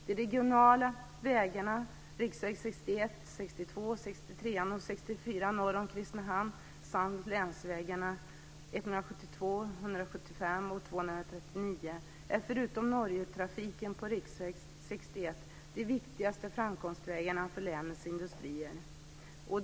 De regionala vägarna, riksvägarna 61, 62, 63 de viktigaste framkomstvägarna för länets industrier.